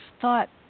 thought